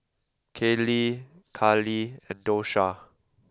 Kaley Cali and Dosha